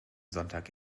sonntag